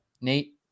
Nate